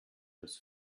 das